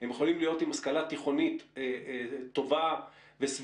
הם יכולים להיות עם השכלה תיכונית טובה וסבירה